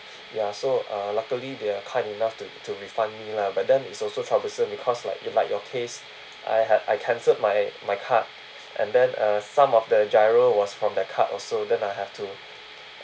ya so uh luckily they are kind enough to to refund me lah but then it's also troublesome because like in like your case I had I cancelled my my card and then uh some of the GIRO was from that card also then I have to